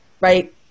right